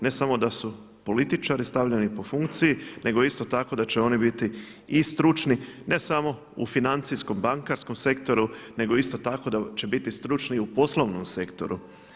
Ne samo da su političari stavljeni po funkciji nego isto tako da će oni biti i stručni ne samo u financijskom bankarskom sektoru nego isto tako da će biti stručni i u poslovnom sektoru.